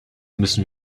müssen